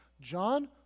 John